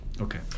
okay